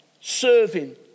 serving